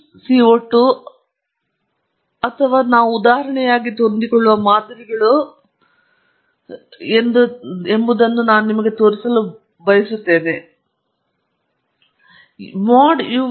Lin CO 2 ಅಥವಾ ನಾವು ಉದಾಹರಣೆಗಾಗಿ ಹೊಂದಿಕೊಳ್ಳುವ ಮಾದರಿಗಳು ಎಂಬುದನ್ನು ನಾನು ನಿಮಗೆ ತೋರಿಸಲು ಬಯಸುತ್ತೇನೆ mod yk 3 ಕ್ಷಮಿಸಿ ಯುಕೆ uy 3